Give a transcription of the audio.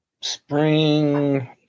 spring